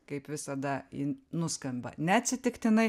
kaip visada ji nuskamba neatsitiktinai